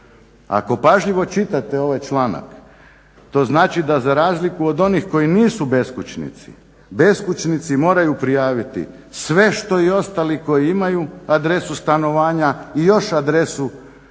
Ako pažljivo čitate ovaj članak, to znači da za razliku od onih koji nisu beskućnici, beskućnici moraju prijaviti sve što i ostali koji imaju, adresu stanovanja i još adresu za kontakt